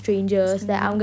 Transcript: strangers